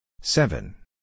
Seven